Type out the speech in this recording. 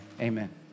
amen